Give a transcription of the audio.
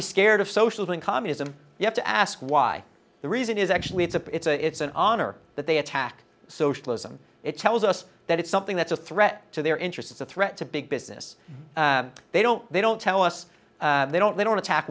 be scared of social and communism you have to ask why the reason is actually it's up it's a it's an honor that they attack socialism it tells us that it's something that's a threat to their interests a threat to big business they don't they don't tell us they don't they don't attack